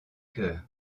cœur